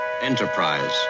Enterprise